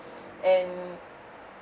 and